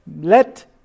let